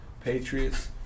Patriots